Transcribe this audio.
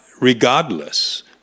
regardless